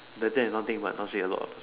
the debt is nothing but not say a lot also